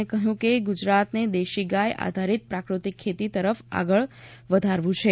તેમણે કહ્યું કે ગુજરાતને દેશી ગાય આધારીત પ્રાકૃતિક ખેતી તરફ આગળ વધારવું છે